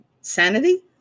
sanity